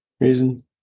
reason